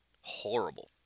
horrible